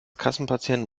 kassenpatient